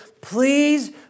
Please